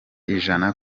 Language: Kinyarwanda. ijana